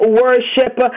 worship